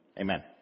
Amen